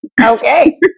Okay